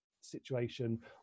situation